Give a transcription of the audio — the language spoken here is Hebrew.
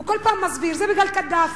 הוא כל פעם מסביר: זה בגלל קדאפי,